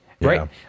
right